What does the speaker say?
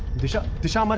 disha. disha. um ah